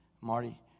Marty